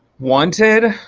wanted.